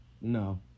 no